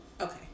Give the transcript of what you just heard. Okay